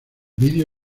video